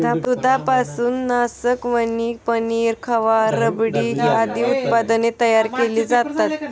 दुधापासून नासकवणी, पनीर, खवा, रबडी आदी उत्पादने तयार केली जातात